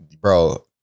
Bro